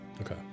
Okay